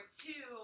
two